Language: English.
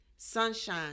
sunshine